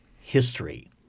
history